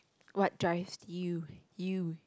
what drives you you